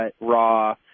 raw